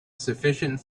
sufficient